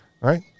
right